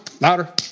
louder